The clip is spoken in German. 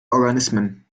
organismen